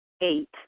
Eight